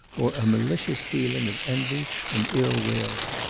or a malicious feeling of envy and ill-will.